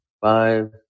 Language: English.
Five